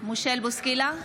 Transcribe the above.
בוסקילה,